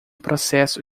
processo